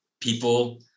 people